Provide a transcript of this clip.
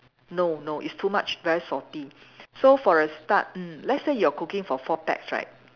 no no it's too much very salty so for a start mm let's say you're cooking for four pax right